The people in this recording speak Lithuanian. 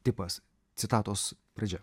tipas citatos pradžia